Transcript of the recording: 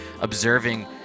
observing